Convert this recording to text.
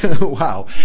Wow